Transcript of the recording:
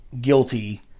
guilty